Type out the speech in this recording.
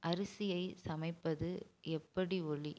அரிசியை சமைப்பது எப்படி ஓலி